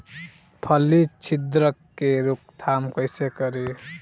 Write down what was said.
फली छिद्रक के रोकथाम कईसे करी?